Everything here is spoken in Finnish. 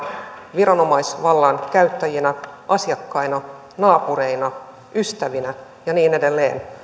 viranomaisvallan käyttäjinä asiakkaina naapureina ystävinä ja niin edelleen